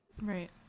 right